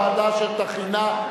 נתקבלה.